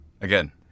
Again